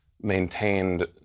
maintained